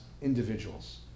individuals